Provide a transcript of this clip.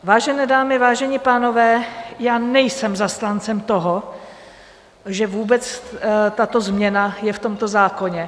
Vážené dámy, vážení pánové, nejsem zastáncem toho, že vůbec tato změna je v tomto zákoně.